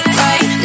right